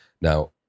Now